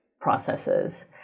processes